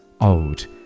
Old